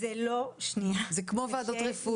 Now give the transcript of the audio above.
זה כמו ועדות רפואיות.